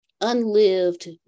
unlived